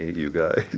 you guys.